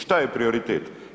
Što je prioritet?